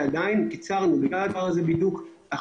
ועדיין, בגלל הדבר הזה בדיוק, קיצרנו את הזמן.